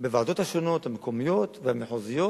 בוועדות השונות, המקומיות והמחוזיות,